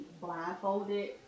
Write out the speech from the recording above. blindfolded